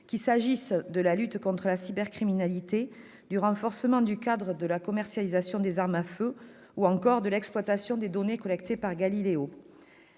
qu'il s'agisse de la lutte contre la cybercriminalité, du renforcement du cadre de la commercialisation des armes à feu, ou encore de l'exploitation des données collectées par Galileo.